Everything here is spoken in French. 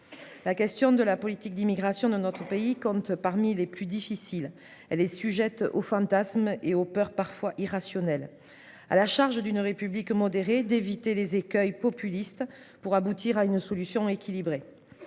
La question de la politique d'immigration de notre pays compte parmi les plus difficiles. Elle est sujette aux fantasmes et aux peurs parfois irrationnelles. À la charge d'une. Modéré d'éviter les écueils populiste pour aboutir à une solution équilibrée.